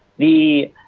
the